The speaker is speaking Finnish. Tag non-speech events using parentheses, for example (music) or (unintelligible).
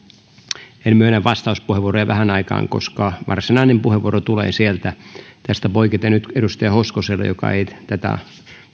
(unintelligible) (unintelligible) en myönnä vastauspuheenvuoroja vähään aikaan koska varsinainen puheenvuoro tulee sieltä tästä poiketen nyt vastauspuheenvuoro edustaja hoskoselle joka ei tätä